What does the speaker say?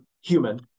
human